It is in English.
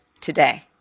today